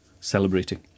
celebrating